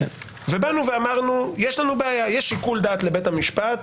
באנו ואמרנו שיש לנו בעיה יש שיקול דעת לבית המשפט